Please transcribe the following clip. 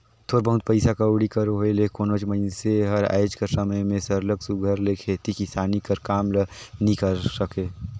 थोर बहुत पइसा कउड़ी कर होए ले कोनोच मइनसे हर आएज कर समे में सरलग सुग्घर ले खेती किसानी कर काम ल नी करे सके